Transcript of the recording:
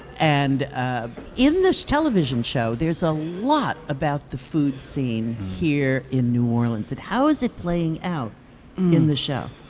and um in this television show there's a lot about the food scene here in new orleans. how is it playing out in the show?